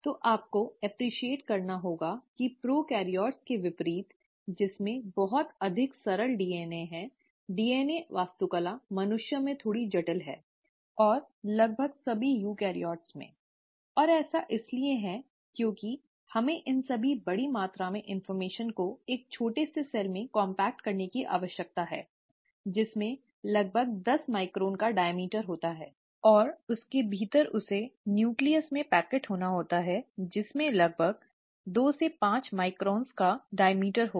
तो आपको सराहना करनी होगी कि प्रोकैरियोट्स के विपरीत जिसमें बहुत अधिक सरल DNA है DNA वास्तुकला मनुष्यों में थोड़ी अधिक जटिल है और लगभग सभी यूकेरियोट्स में और ऐसा इसलिए है क्योंकि हमें इन सभी बड़ी मात्रा में जानकारी को एक छोटे से सेल में कॉम्पैक्ट करने की आवश्यकता है जिसमें लगभग दस माइक्रोन का व्यास होता है और उसके भीतर उसे नूक्लीअस में पैकेट होना होता है जिसमें लगभग दो से पांच माइक्रोन का व्यास होगा